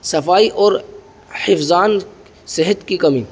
صفائی اور حفظان صحت کی کمی